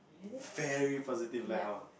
very positive like how